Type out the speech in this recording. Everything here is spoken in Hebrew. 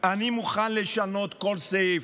אני מוכן לשנות כל סעיף,